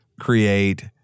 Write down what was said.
create